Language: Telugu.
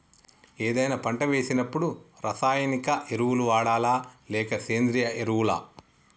ఏదైనా పంట వేసినప్పుడు రసాయనిక ఎరువులు వాడాలా? లేక సేంద్రీయ ఎరవులా?